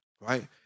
Right